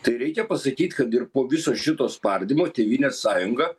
tai reikia pasakyt kad ir po viso šito spardymo tėvynės sąjunga